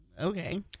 Okay